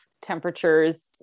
temperatures